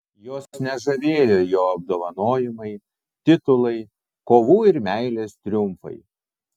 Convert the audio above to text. jos nežavėjo jo apdovanojimai titulai kovų ir meilės triumfai